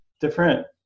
different